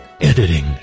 editing